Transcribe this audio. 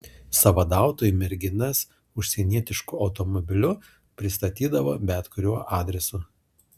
sąvadautojai merginas užsienietišku automobiliu pristatydavo bet kuriuo adresu